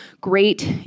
great